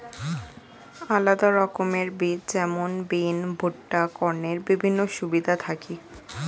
আলাদা রকমের বীজ যেমন বিন, ভুট্টা, কর্নের বিভিন্ন সুবিধা থাকি